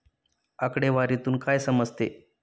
आकडेवारीतून काय समजते?